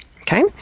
Okay